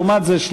ולעומת זאת,